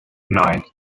nine